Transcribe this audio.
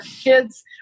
kids